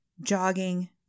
jogging